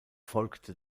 folgte